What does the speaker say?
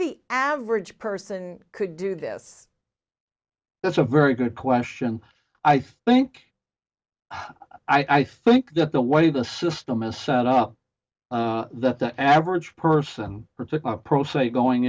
the average person could do this that's a very good question i think i think that the way the system is set up that the average person particular pro se going